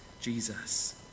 Jesus